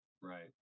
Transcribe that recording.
Right